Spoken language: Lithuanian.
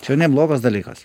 čia neblogas dalykas